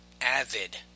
avid